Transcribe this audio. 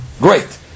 Great